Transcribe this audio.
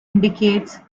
indicates